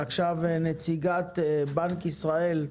עכשיו נציגת בנק ישראל,